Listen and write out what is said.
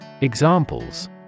Examples